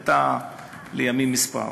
היא הייתה לימים מספר,